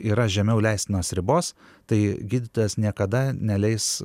yra žemiau leistinos ribos tai gydytojas niekada neleis